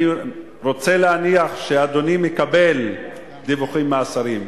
אני רוצה להניח שאדוני מקבל דיווחים מהשרים,